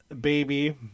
Baby